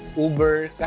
uber